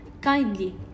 Kindly